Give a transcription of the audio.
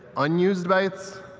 unused bytes,